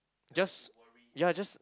just ya just